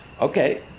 Okay